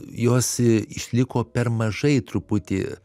jos išliko per mažai truputį